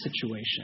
situation